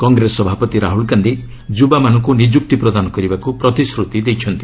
କଂଗ୍ରେସ ସଭାପତି ରାହୁଲ୍ ଗାନ୍ଧି ଯୁବାମାନଙ୍କୁ ନିଯୁକ୍ତି ପ୍ରଦାନ କରିବାକୁ ପ୍ରତିଶ୍ରତି ଦେଇଛନ୍ତି